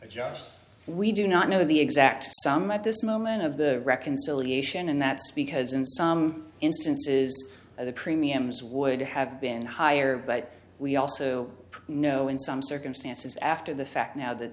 jobs we do not know the exact sum at this moment of the reconciliation and that's because in some instances of the premiums would have been higher but we also know in some circumstances after the fact now th